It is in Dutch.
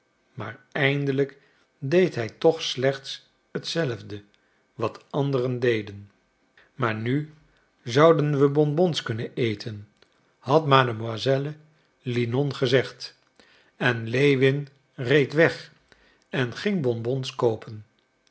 maar eindelijk deed hij toch slechts hetzelfde wat anderen deden maar nu zouden we bonbons kunnen eten had mademoiselle linon gezegd en lewin reed weg en ging bonbons koopen